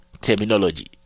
terminology